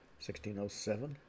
1607